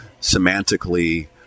semantically